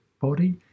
body